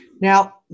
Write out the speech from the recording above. Now